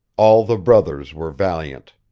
all the brothers were valiant